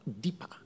deeper